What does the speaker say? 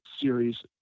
series